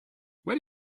where